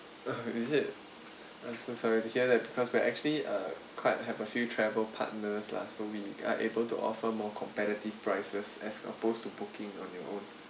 uh is it oh so sorry to hear that because we're actually uh quite have a few travel partners lah so we are able to offer more competitive prices as opposed to booking on your own